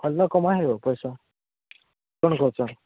ଭଲ କମାଇ ହେବ ପଇସା କ'ଣ କହୁଛ